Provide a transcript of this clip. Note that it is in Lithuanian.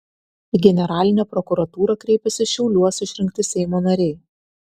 į generalinę prokuratūrą kreipėsi šiauliuos išrinkti seimo nariai